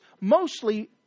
mostly